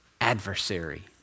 adversary